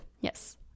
Yes